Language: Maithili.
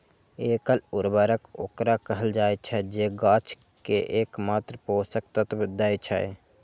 एकल उर्वरक ओकरा कहल जाइ छै, जे गाछ कें एकमात्र पोषक तत्व दै छै